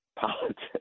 politics